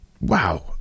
wow